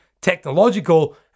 technological